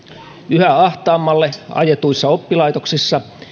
yhä ahtaammalle ajetuissa oppilaitoksissa